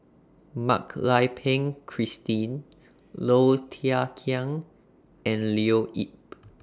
Mak Lai Peng Christine Low Thia Khiang and Leo Yip